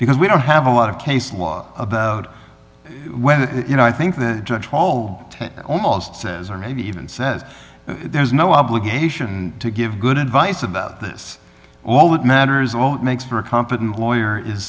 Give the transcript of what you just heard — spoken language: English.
because we don't have a lot of case law about whether you know i think the troll almost says or maybe even says there's no obligation to give good advice about this all that matters oh it makes for a competent lawyer is